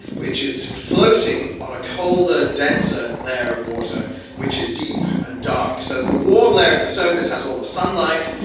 which is floating on a colder, denser layer of water which is deep and dark. so the warm layer at the surface has all the sunlight,